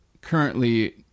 currently